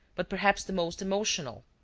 but perhaps the most emotional.